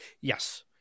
Yes